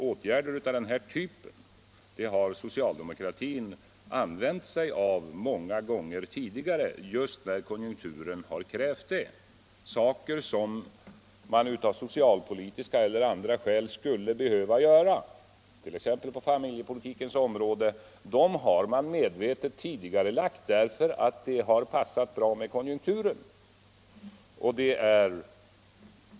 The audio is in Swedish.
Åtgärder av den här typen har socialdemokratin använt sig av många gånger tidigare just när konjunkturen krävt det — det vitsordade statsministern. Åtgärder som av socialpolitiska eller andra skäl behöver göras, t.ex. på familjepolitikens område, har regeringen medvetet tidigarelagt därför att det har passat bra med konjunkturen.